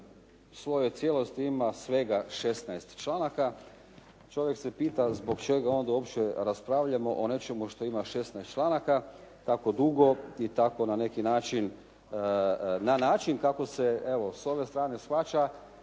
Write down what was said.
svojoj cijelosti ima svega 16 članaka, čovjek se pita zbog čega onda uopće raspravljamo o nečemu što ima 16 članaka, tako dugo i tako na neki način na način kako se evo s ove strane shvaća